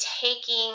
taking